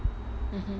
mm mm